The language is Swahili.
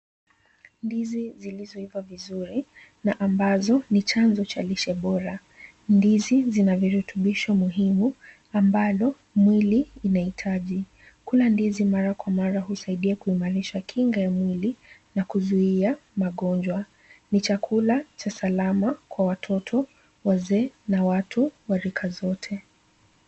Ndizi zilizoiva vizuri na ambazo ni chanzo cha lishe bora. Ndizi zina virutubisho muhimu ambalo mwili inahitaji. Kula ndizi mara kwa mara husaidia kuimarisha kinga ya mwili na kuzuia magonjwa. Ni chakula cha salama kwa watoto, wazee na watu wa rika zote.